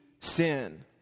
sin